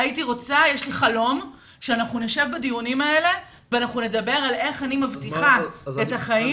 יש לי חלום שנשב בדיונים האלה ונדבר על איך מבטיחים את החיים